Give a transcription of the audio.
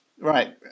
Right